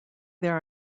there